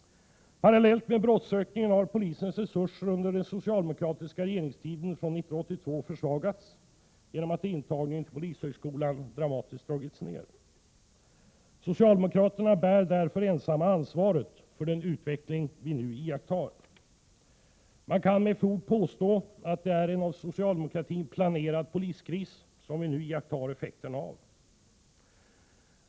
Parallellt med brottsökningen har polisens resurser under den socialdemokratiska regeringstiden från 1982 försvagats genom att intagningen till polishögskolan drastiskt har dragits ner. Socialdemokraterna bär därför ensamma ansvaret för den nuvarande utvecklingen. Man kan därför med fog påstå att det är en av socialdemokratin planerad poliskris som vi nu iakttar effekterna av.